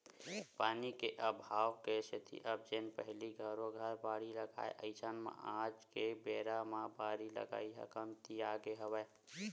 पानी के अभाव के सेती अब जेन पहिली घरो घर बाड़ी लगाय अइसन म आज के बेरा म बारी लगई ह कमतियागे हवय